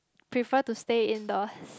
prefer to stay indoors